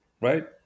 right